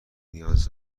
نیاز